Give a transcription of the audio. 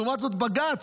לעומת זאת בג"ץ,